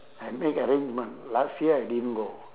I make arrangement last year I didn't go